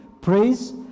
praise